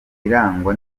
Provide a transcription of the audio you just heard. irangwa